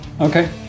Okay